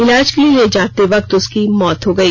इलाज के लिए ले जाते वक्त उसकी मौत हो गई